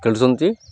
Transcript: ଖଳୁଛନ୍ତି